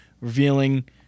revealing